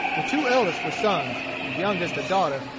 the two eldest were sons, the youngest a daughter,